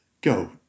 go